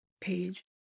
page